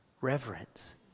reverence